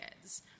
kids